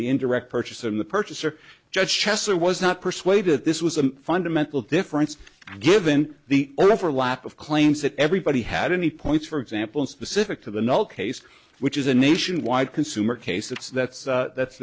the indirect purchase from the purchaser judge chesser was not persuaded that this was a fundamental difference given the overlap of claims that everybody had any points for example specific to the null case which is a nationwide consumer case that's that's that's